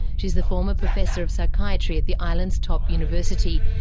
she's the former professor of psychiatry at the island's top university.